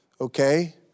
okay